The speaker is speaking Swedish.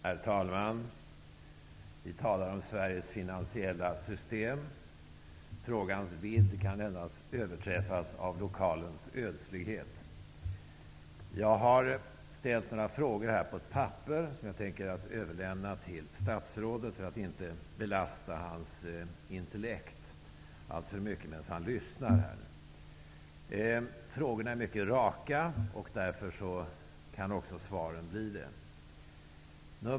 Herr talman! Vi talar om Sveriges finansiella system. Frågans vidd kan endast överträffas av lokalens ödslighet. Jag har skrivit ner några frågor på ett papper som jag tänker överlämna till statsrådet, detta för att inte belasta hans intellekt alltför mycket medan han lyssnar. Frågorna är mycket raka. Därför kan också svaren bli det.